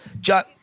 John